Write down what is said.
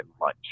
lunch